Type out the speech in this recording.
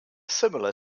similar